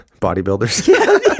bodybuilders